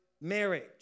marriage